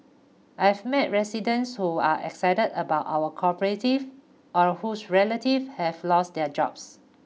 I've met residents who are excited about our cooperative or whose relatives have lost their jobs